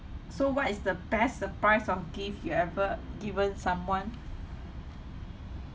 so what is the best surprise of gift you ever given someone